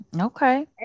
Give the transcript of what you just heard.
okay